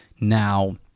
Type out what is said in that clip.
Now